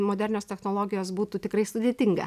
modernios technologijos būtų tikrai sudėtinga